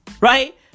Right